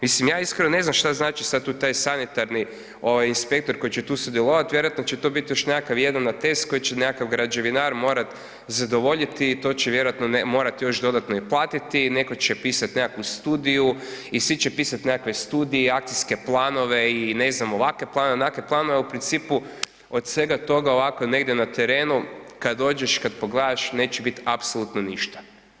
Mislim ja iskreno ne znam što znači tu taj sanitarni inspektor koji će tu sudjelovati, vjerojatno će to biti još nekakav jedan atest koji će nekakav građevinar morati zadovoljiti i to će vjerojatno morati još dodatno i platiti, netko će pisati nekakvu studiju i svi će pisati nekakve studije i akcijske planove i ne znam, ovakve planove, onakve planove, a u principu, od svega toga ovako negdje na terenu kad dođeš, kad pogledaš, neće biti apsolutno ništa.